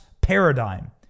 paradigm